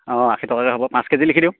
অঁ আশী টকাকৈ হ'ব পাঁচ কেজি লিখি দিওঁ